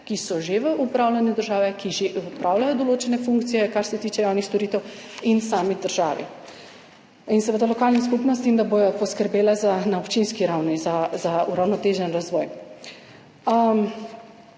ki so že v upravljanju države, ki že opravljajo določene funkcije, kar se tiče javnih storitev, in sami državi ter seveda lokalnim skupnostim, da bodo poskrbele na občinski ravni za uravnotežen razvoj.